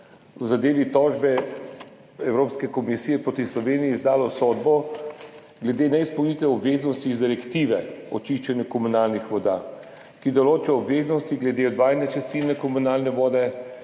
v zadevi tožbe Evropske komisije proti Sloveniji izdalo sodbo glede neizpolnitve obveznosti iz direktive o čiščenju komunalnih voda, ki določa obveznosti glede odvajanja čistilne komunalne vode